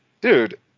Dude